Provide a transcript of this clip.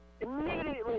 immediately